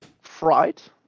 fright